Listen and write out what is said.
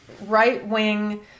right-wing